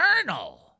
eternal